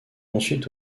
ensuite